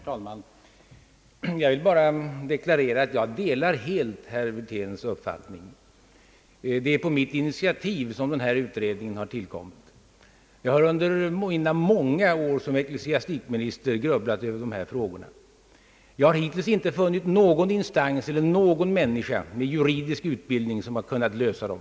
Herr talman! Jag vill bara deklarera att jag helt delar herr Wirténs uppfattning. Det är på mitt initiativ som denna utredning tillkommit. Jag har under mina många år som ecklesiastikminister grubblat över dessa frågor. Jag har hittills inte funnit någon instans eller någon person med juridisk utbildning som kunnat lösa dem.